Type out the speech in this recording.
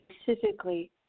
specifically